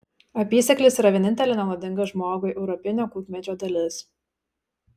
apysėklis yra vienintelė nenuodinga žmogui europinio kukmedžio dalis